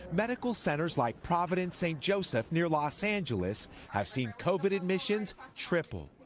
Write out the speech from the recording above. medical centers like providence st. joseph's near los angeles have seen covid admissions triple.